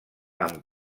amb